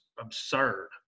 absurd